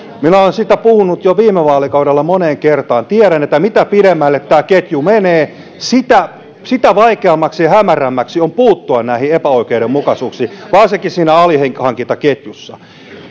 minä olen siitä puhunut jo viime vaalikaudella moneen kertaan tiedän että mitä pidemmälle ketju menee sitä sitä vaikeampaa ja hämärämpää on puuttua näihin epäoikeudenmukaisuuksiin varsinkin alihankintaketjussa